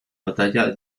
batalla